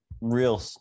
real